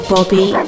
Bobby